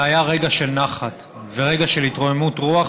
זה היה רגע של נחת ורגע של התרוממות רוח,